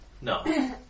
No